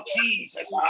Jesus